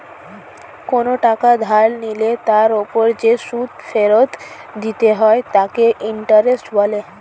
কোনো টাকা ধার নিলে তার উপর যে সুদ ফেরত দিতে হয় তাকে ইন্টারেস্ট বলে